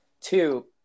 Two